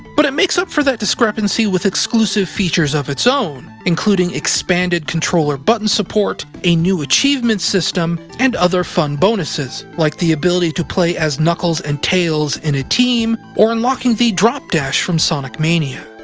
but it makes up for that discrepancy with exclusive features of its own, including expanded controller button support, a new achievements system, and other fun bonuses, like the ability to play as knuckles and tails in a team, or unlocking the drop dash from sonic mania.